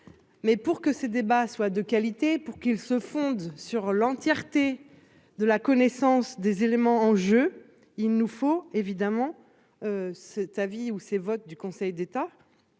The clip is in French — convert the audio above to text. Mais pour que ces débats soient de qualité pour qu'il se fonde sur l'entièreté de la connaissance des éléments en jeu. Il nous faut évidemment. Cet avis ou c'est votes du Conseil d'État.